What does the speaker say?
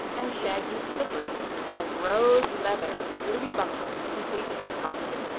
and shaggy slippers of rose leather with ruby buckles, completed his costume,